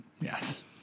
Yes